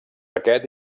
aquest